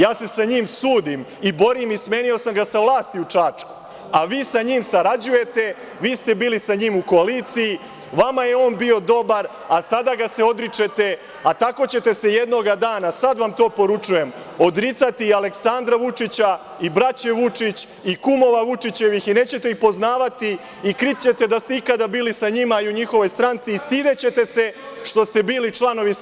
Ja se sa njim sudim i borim i smenio sam ga sa vlasti u Čačku, a vi sa njim sarađujete, vi ste bili sa njim u koaliciji, vama je on bio dobar, a sada ga se odričete, a tako ćete se jednog dana, sada vam to poručujem, odricati Aleksandra Vučića i braće Vučić, i kumova Vučićevih i nećete ih poznavati i krit ćete da ste ikada bili sa njima i u njihovoj stranci i stidećete se što ste bili članovi SNS.